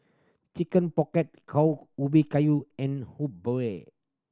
Chicken Pocket cow ubi kayu and bua